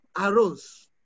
arose